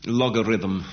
logarithm